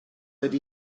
ydy